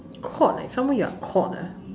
caught ah some more you're caught ah